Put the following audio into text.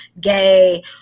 gay